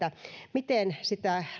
miten sitä